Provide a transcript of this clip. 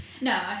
no